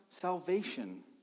salvation